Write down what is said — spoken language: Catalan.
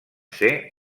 ser